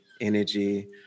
energy